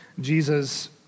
Jesus